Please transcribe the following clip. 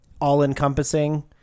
All-encompassing